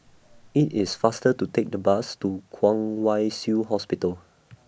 IT IS faster to Take The Bus to Kwong Wai Shiu Hospital